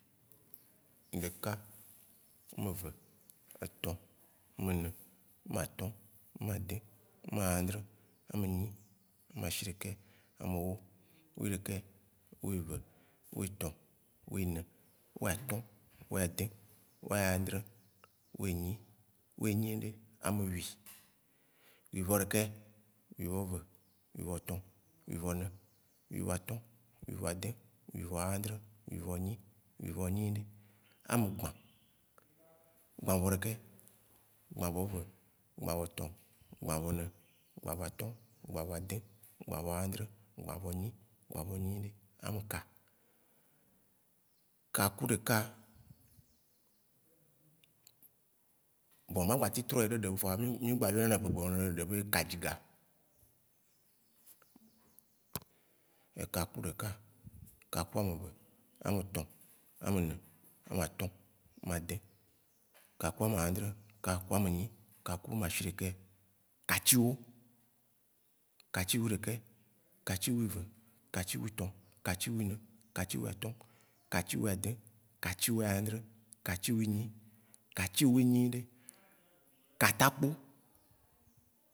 Ɖeka, me ve, etɔ, mene, matɔ̃, made, meãdrẽ, ame nyi, ma shiɖeke, ame wó, wi ɖeke, wive, witɔ, wine, weatɔ̃, wayadẽ, wayadrẽ, wenyi, wenyine, ame wi, wivɔ ɖekɛ, wivɔve, wivɔtɔ, wivɔne, wivɔ atɔ̃, wivɔ adẽ, wivɔ ãdre, wivɔ nyi, wivɔ nyi ɖe, ame gba, gbavɔ ɖeke, gbavɔve, gbavɔ tɔ, gbavɔ ne, gbavɔ atɔ̃, gbavɔ adẽ, gbavɔ ãdrẽ, gbavɔ nyi, gbavɔ nyi ɖe, ame ka, ka ku ɖeka, bon ma gba tsi trɔe ɖeɖe vɔa mí mgba yɔnɛ le ʋegbe me be kadziga. Eka ku ɖeka, eka ku ameve, ametɔ, amene amatɔ̃, amade, kaku amãdrẽ, kaku amenyi, kaku amadhiɖeke, katsiwó, katsiwóɖeke, katsiwoive, katsi wotɔ, katsi wone, katsi woatɔ̃, katsi woadẽ, katsi woãdrẽ, katsi woenyi, katsi woenyi ɖe, katakpo.